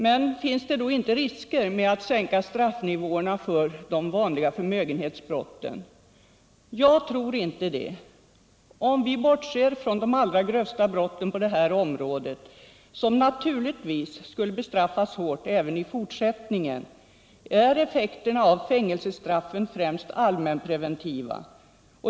Men finns det då inte risker i samband med att man sänker straffnivåerna för de vanliga förmögenhetsbrotten? Jag tror inte det. Om vi bortser från de allra grövsta brotten på det här området, som naturligtvis skulle bestraffas hårt även i fortsättningen, är effekterna av fängelsestraffen främst allmänpreventiva.